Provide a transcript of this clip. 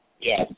Yes